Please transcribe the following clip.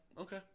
Okay